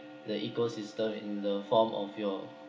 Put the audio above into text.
the ecosystem in the form of your